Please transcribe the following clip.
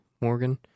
Morgan